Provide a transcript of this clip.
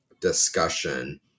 discussion